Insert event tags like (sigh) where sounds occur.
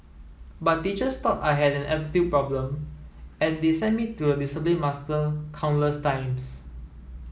but teachers thought I had an (unintelligible) problem and they sent me to the discipline master countless times